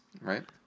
Right